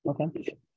Okay